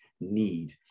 need